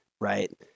right